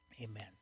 Amen